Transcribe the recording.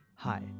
Hi